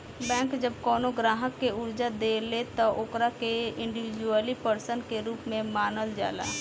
bank जब कवनो ग्राहक के कर्जा देले त ओकरा के इंडिविजुअल पर्सन के रूप में मानल जाला